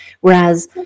Whereas